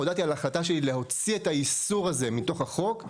הודעתי על ההחלטה שלי להוציא את האיסור הזה מתוך החוק,